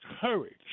courage